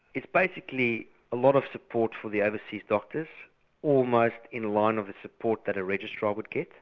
it's basically a lot of support for the overseas doctors almost in line of the support that a registrar would get,